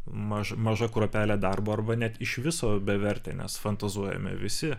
maža maža kruopelė darbo arba net iš viso bevertė nes fantazuojame visi